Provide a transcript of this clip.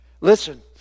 Listen